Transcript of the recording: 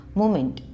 moment।